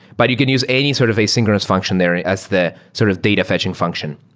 but you can use any sort of asynchronous function there as the sort of data fetching function.